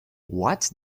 what